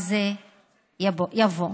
וזה יבוא.